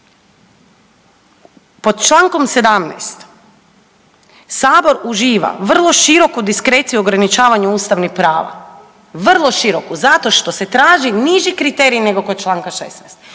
pod čl. 17. Sabor uživa vrlo široku diskreciju ograničavanja ustavnih prava, vrlo široku zato što se traži niži kriterij nego kod čl. 16.